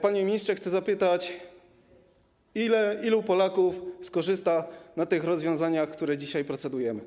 Panie ministrze, chcę zapytać: Ilu Polaków skorzysta na tych rozwiązaniach, nad którymi dzisiaj procedujemy?